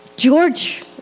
George